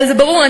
הרי זה ברור,